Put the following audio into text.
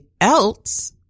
else